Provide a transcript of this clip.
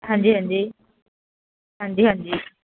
ਹਾਂਜੀ ਹਾਂਜੀ ਹਾਂਜੀ ਹਾਂਜੀ